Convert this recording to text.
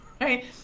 right